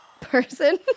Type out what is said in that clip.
person